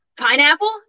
pineapple